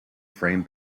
frame